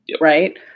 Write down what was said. right